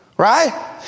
Right